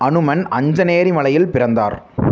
அனுமன் அஞ்சனேரி மலையில் பிறந்தார்